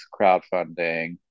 crowdfunding